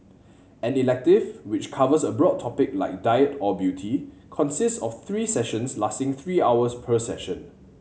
an elective which covers a broad topic like diet or beauty consists of three sessions lasting three hours per session